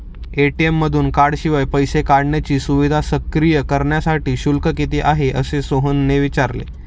ATM मधून कार्डशिवाय पैसे काढण्याची सुविधा सक्रिय करण्यासाठी शुल्क किती आहे, असे सोहनने विचारले